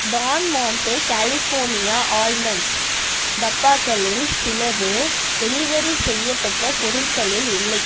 Don மாண்டே California almonds டப்பாக்களில் சிலது டெலிவெரி செய்யப்பட்ட பொருட்களில் இல்லை